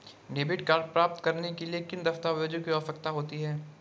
Debit card प्राप्त करने के लिए किन दस्तावेज़ों की आवश्यकता होती है?